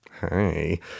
Hey